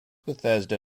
bethesda